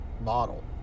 model